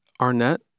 Arnett